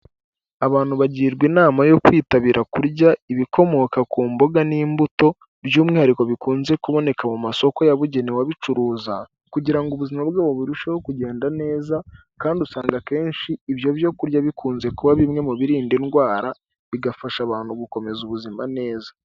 Abantu bagirwa inama yo kwitabira kurya ibikomoka ku mboga n'imbuto by'umwihariko bikunze kuboneka mu masoko yabugenewe abicuruza. Kugira ngo ubuzima bwabo burusheho kugenda neza kandi usanga akenshi ibyo byokurya bikunze kuba bimwe mu birinda indwara, bigafasha abantu gukomeza ubuzima neza.